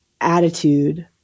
attitude